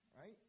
Right